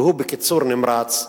והוא, בקיצור נמרץ,